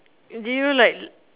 do you like